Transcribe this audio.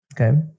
Okay